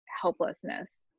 helplessness